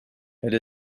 elle